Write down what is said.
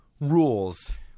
rules